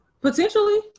Potentially